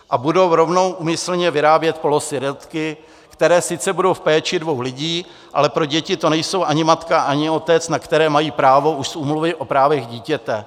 A budou rovnou úmyslně vyrábět polosirotky, kteří sice budou v péči dvou lidí, ale pro děti to nejsou ani matka, ani otec, na které mají právo už z Úmluvy o právech dítěte.